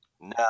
No